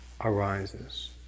arises